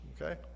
Okay